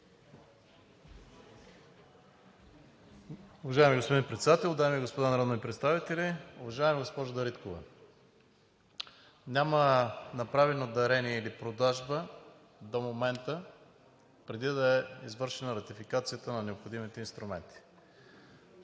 Уважаеми господин Председател, дами и господа народни представители! Уважаема госпожо Дариткова, няма направено дарение или продажба до момента, преди да е извършена ратификацията на необходимите инструменти.